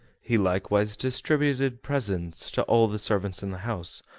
he likewise distributed presents to all the servants in the house,